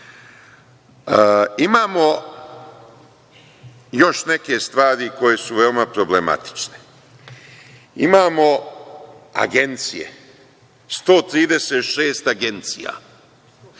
još neke stvari koje su veoma problematične. Imamo agencije, 136 agencija,